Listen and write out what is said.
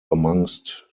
amongst